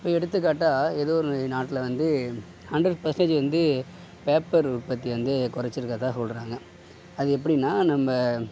இப்போ எடுத்துக்காட்டாக ஏதோ ஒரு நாட்டில வந்து ஹண்ட்ரட் பர்சன்டேஜ் வந்து பேப்பர் உற்பத்தி வந்து குறச்சி இருக்கிறதா சொல்கிறாங்க அது எப்படின்னா நம்ம